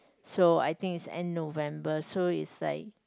so I think is end November so is like